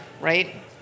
right